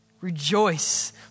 Rejoice